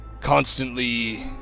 constantly